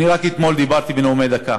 אני רק אתמול סיפרתי בנאום בן דקה